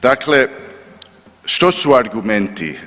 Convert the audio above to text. Dakle, što su argumenti?